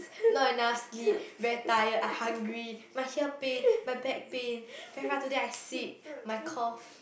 not enough sleep very tired I hungry my here pain my back pain then after that I sick my cough